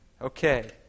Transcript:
Okay